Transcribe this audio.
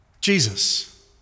Jesus